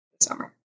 summer